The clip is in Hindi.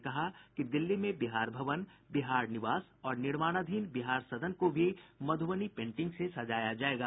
उन्होंने कहा कि दिल्ली में बिहार भवन बिहार निवास और निर्माणाधीन बिहार सदन को भी मधुबनी पेंटिंग से सजाया जाएगा